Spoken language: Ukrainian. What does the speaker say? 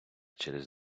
через